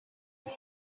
from